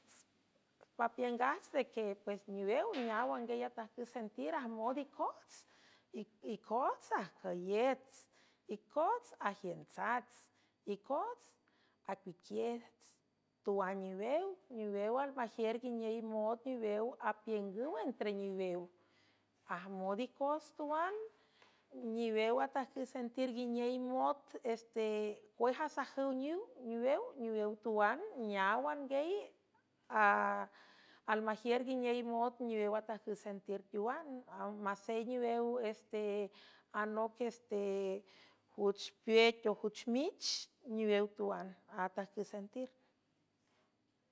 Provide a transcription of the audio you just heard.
Papiüngats de que pues niwew neaw anguiey atajcü sentir ajmod icoats icots ajcüyets icots ajiüntsats icots acuiquiet tuan niwew niwew almajiür nguiney mood niwew apiüngüw entre niwew ajmod icoots tuan niwew atajcü sentir nguiney mot este cuejasajüw niwew tuan neáwaney almagiür nguiney mood niwew atajcü sentir teuan masey niwew este anoc este juchpuetojuchmich niwew tuan atajcü sentir.